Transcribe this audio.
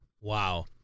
Wow